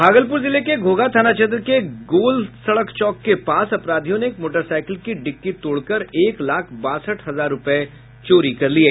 भागलपुर जिले के घोघा थाना क्षेत्र के गोल सड़क चौक के पास अपराधियों ने एक मोटरसाइकिल की डिक्की तोड़ कर एक लाख बासठ हजार रुपये चोरी कर लिये